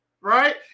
Right